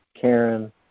Karen